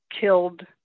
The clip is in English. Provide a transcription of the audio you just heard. killed